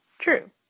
True